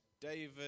David